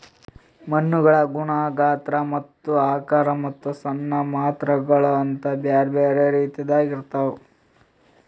ಮಣ್ಣುಗೊಳ್ ಗುಣ, ಗಾತ್ರ, ಆಕಾರ ಮತ್ತ ಸಣ್ಣ ಗಾತ್ರಗೊಳ್ ಅಂತ್ ಬ್ಯಾರೆ ಬ್ಯಾರೆ ರೀತಿದಾಗ್ ಇರ್ತಾವ್